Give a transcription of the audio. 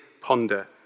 ponder